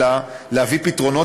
אלא יש להביא פתרונות,